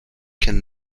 can